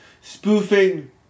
spoofing